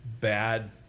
bad